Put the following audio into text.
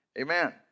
Amen